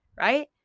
right